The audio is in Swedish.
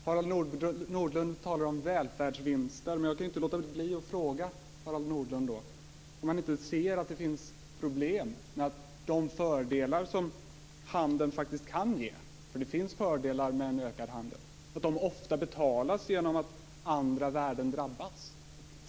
Fru talman! Harald Nordlund talar om välfärdsvinster. Då kan jag inte låta bli att fråga Harald Nordlund om han inte ser att det finns problem med att de fördelar som handeln faktiskt kan ge - för det finns fördelar med en ökad handel - ofta betalas genom att andra värden drabbas.